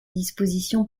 dispositions